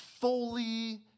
fully